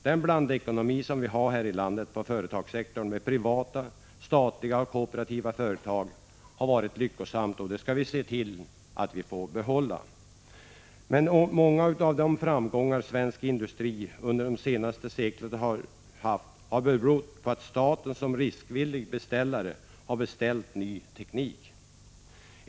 Den blandekonomi som vi har här i landet med privata, statliga och kooperativa företag har varit lyckosam, och den skall vi se till att behålla. Många av svensk industris framgångar under det senaste seklet har berott på att staten riskvilligt beställt ny teknik.